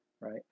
right